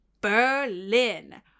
Berlin